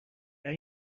برا